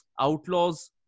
outlaws